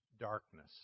darkness